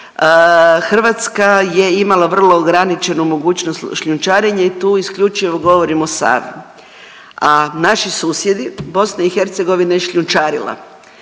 Hrvatska je imala vrlo ograničenu mogućnost šljunčarenja i tu isključivo govorim o Savi, a naši susjedi Bosna i Hercegovina je šljunčarila,